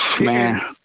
man